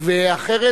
אחרת,